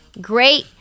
great